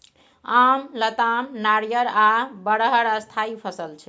आम, लताम, नारियर आ बरहर स्थायी फसल छै